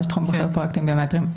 ראש תחום בכיר פרויקטים ביומטריים.